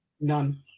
None